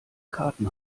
karten